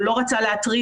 הוא לא רצה להטריד,